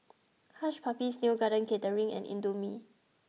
Hush Puppies Neo Garden Catering and Indomie